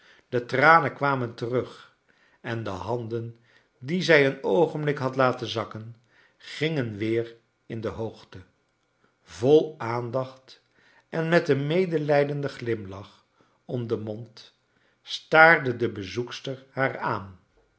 de tranen kwamen terug en de handen die zij een oogenblik had laten zakken gingen weer in de hoogte vol aandacht en met een medelijderiden glimlach orn den mond staarde do bezoekster haar aan